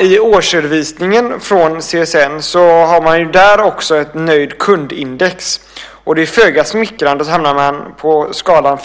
I årsredovisningen från CSN har man där också ett nöjd-kund-index. Föga smickrande hamnar man på